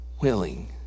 willing